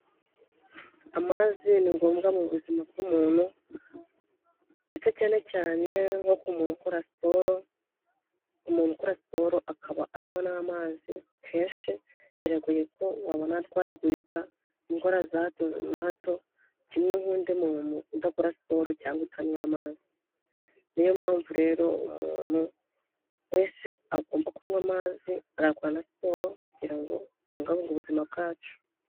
Amazi ni ngombwa mu buzima bw'umuntu, ndetse cyane cyane nko ku muntu ukora siporo, umuntu ukora siporo akaba anywa n'amazi kenshi biragoye ko wabona arwaragurika indwara za hato na hato kimwe n'undi muntu udakora siporo cyangwa utanywa amazi, niyo mpamvu rero umuntu wese agomba kunywa amazi agakora na siporo kugira ngo tubungabunge ubuzima bwacu.